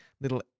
little